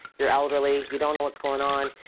you're elderly, you don't know what's going on.